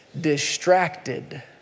distracted